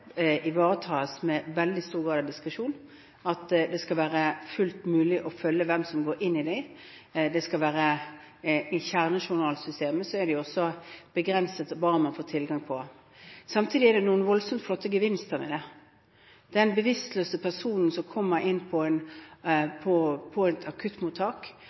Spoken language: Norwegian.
ivaretas med veldig stor grad av diskresjon, og at det skal være fullt mulig å følge hvem som går inn i dem. I kjernejournalsystemet er det også begrenset hva man får tilgang på. Samtidig er det noen voldsomt flotte gevinster ved det. Den bevisstløse personen som kommer inn på et akuttmottak, som man ikke vet om har allergier eller hvilke medisiner han går på,